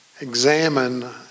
examine